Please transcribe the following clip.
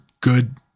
good